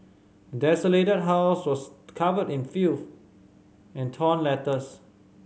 desolated house was covered in filth and torn letters